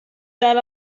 dar